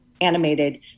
animated